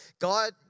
God